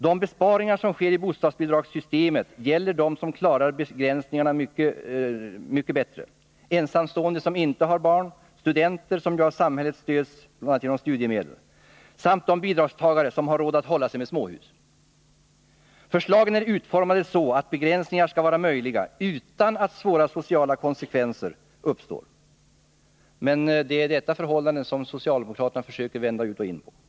De besparingar som sker i bostadsbidragssystemet gäller dem som klarar begränsningarna mycket bättre: ensamstående som inte har barn, studenter som ju har samhällets stöd med bl.a. studiemedel samt de bidragstagare som har råd att hålla sig med småhus. Förslagen är utformade så, att begränsningar skall vara möjliga, utan att svåra sociala konsekvenser uppstår. Men socialdemokraterna försöker vända ut och in på detta.